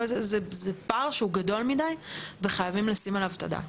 זה פער שהוא גדול מידי וחייבים לשים עליו את הדעת.